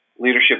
Leadership